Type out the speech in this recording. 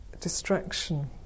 distraction